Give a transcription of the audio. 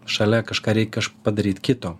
šalia kažką reik padaryt kito